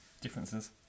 differences